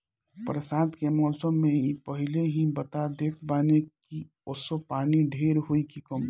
बरसात के मौसम में इ पहिले ही बता देत बाने की असो पानी ढेर होई की कम